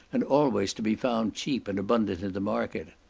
and always to be found cheap and abundant in the market.